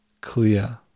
clear